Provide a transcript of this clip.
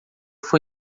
foi